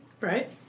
Right